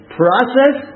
process